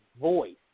voice